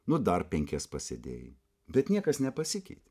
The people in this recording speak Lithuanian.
nu dar penkias pasėdėjai bet niekas nepasikeitė